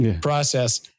process